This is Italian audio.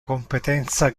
competenza